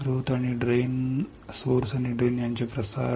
स्त्रोत आणि ड्रेन यांचे प्रसार